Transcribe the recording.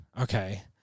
okay